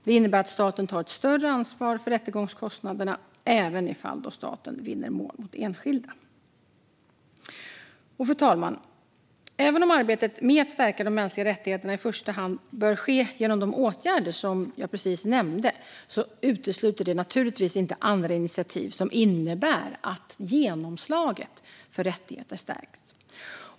Det innebär att staten tar ett större ansvar för rättegångskostnaderna även i fall då staten vinner mål mot enskilda. Fru talman! Även om arbetet med att stärka de mänskliga rättigheterna i första hand bör ske genom de åtgärder som jag precis nämnde utesluter det naturligtvis inte andra initiativ som innebär att genomslaget för rättigheter stärks.